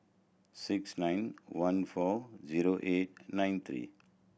six nine one four zero eight nine three